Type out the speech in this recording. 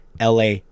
LA